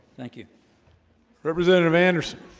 thank you representative anderson